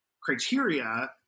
criteria